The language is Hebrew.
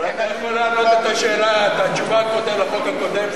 אולי תן לו לענות קודם את התשובה לחוק הקודם?